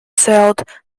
sailed